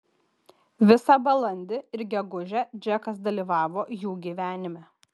visą balandį ir gegužę džekas dalyvavo jų gyvenime